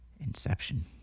inception